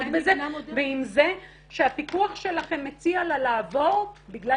ועם זה שהפיקוח שלה הציע לה לעבור בגלל